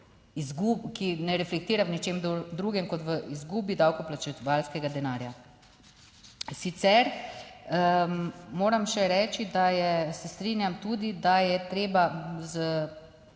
ki ne reflektira v ničemer drugem kot v izgubi davkoplačevalskega denarja. Sicer moram še reči, da se strinjam tudi, da je treba z